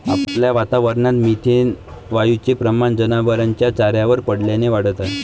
आपल्या वातावरणात मिथेन वायूचे प्रमाण जनावरांच्या चाऱ्यावर पडल्याने वाढत आहे